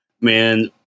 man